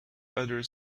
other